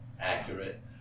Accurate